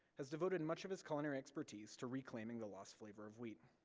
has devoted much of his culinary expertise to reclaiming the lost flavor of wheat.